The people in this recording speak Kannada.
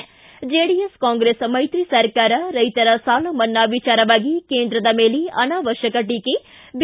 ್ತಿ ಜೆಡಿಎಸ್ ಕಾಂಗ್ರೆಸ್ ಮೈತ್ರಿ ಸರ್ಕಾರ ರೈತರ ಸಾಲ ಮನ್ನಾ ವಿಚಾರವಾಗಿ ಕೇಂದ್ರದ ಮೇಲೆ ಅನಾವಶ್ವಕ ಟೀಕೆ ಬಿ